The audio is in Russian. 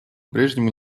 прежнему